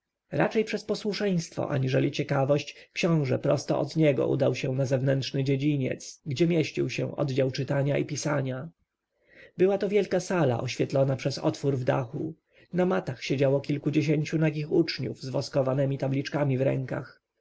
raczej przez posłuszeństwo aniżeli ciekawość książę prosto od niego udał się na zewnętrzny dziedziniec gdzie mieścił się oddział czytania i pisania była to wielka sala oświetlona przez otwór w dachu na matach siedziało kilkudziesięciu nagich uczniów z woskowanemi tabliczkami w rękach